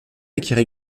acquiert